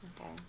Okay